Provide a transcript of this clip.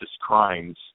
Crimes